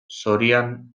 saroian